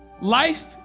Life